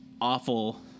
awful